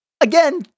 again